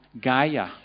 Gaia